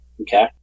Okay